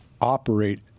operate